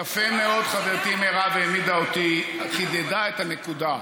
יפה מאוד, חברתי מרב העמידה, חידדה את הנקודה.